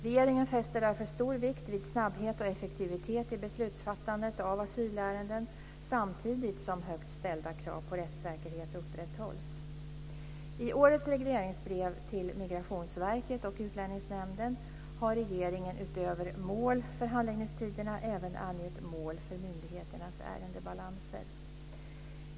Regeringen fäster därför stor vikt vid snabbhet och effektivitet i beslutsfattandet i asylärenden samtidigt som högt ställda krav på rättssäkerhet upprätthålls. I årets regleringsbrev till Migrationsverket och Utlänningsnämnden har regeringen utöver mål för handläggningstiderna även angett mål för myndigheternas ärendebalanser.